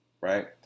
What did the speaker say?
right